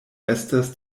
estas